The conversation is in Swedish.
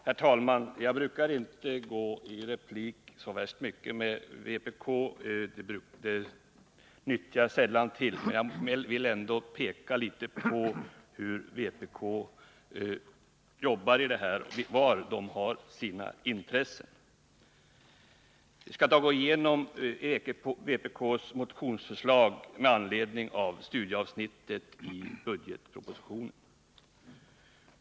Herr talman! Jag brukar inte gå upp replik mot vpk så värst ofta. Ändå vill jag nu peka något på hur vpk jobbar och var <e har sina intressen. Jag skall gå igenom vpk:s motionsförslag med anledning av studiestödsavsnittet i budgetpropositionen.